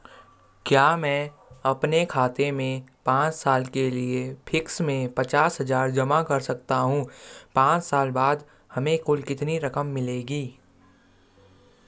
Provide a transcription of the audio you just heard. क्या मैं अपने खाते में पांच साल के लिए फिक्स में पचास हज़ार जमा कर सकता हूँ पांच साल बाद हमें कुल कितनी रकम मिलेगी?